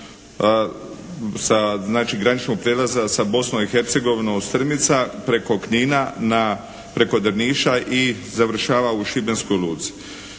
znači graničnog prijelaza sa Bosnom i Hercegovinom Strmica preko Knina, preko Drniša i završava u šibenskoj luci.